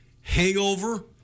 hangover